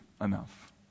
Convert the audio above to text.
enough